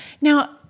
now